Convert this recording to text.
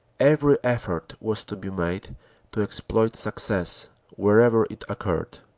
every effort was to be made to exploit success wherever it occurred.